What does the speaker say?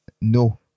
no